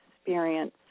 experience